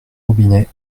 robinet